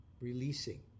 releasing